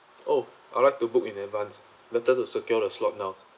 oh I'd like to book in advance better to secure the slot now